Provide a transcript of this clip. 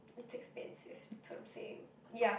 it's expensive that's what I'm saying yeah